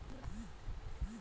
कम खर्च मे कौन सब्जी उग सकल ह?